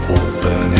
open